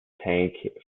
tank